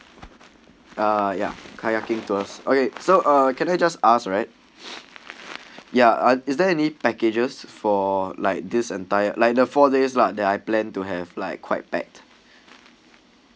uh ya kayaking to us okay so uh can I just ask right yeah is there any packages for like this entire like the four days lah that I plan to have like quite pack